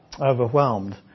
overwhelmed